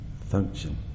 function